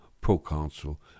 proconsul